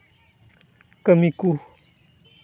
ᱠᱟᱹᱢᱤ ᱠᱚ